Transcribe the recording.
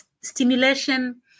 stimulation